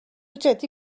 جدی